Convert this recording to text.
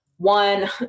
one